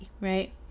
Right